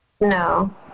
No